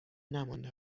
نمانده